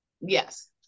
Yes